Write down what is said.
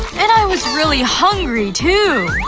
and i was really hungry too.